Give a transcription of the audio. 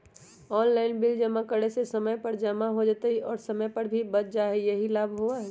Online bill जमा करे से समय पर जमा हो जतई और समय भी बच जाहई यही लाभ होहई?